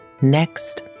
next